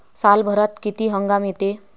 सालभरात किती हंगाम येते?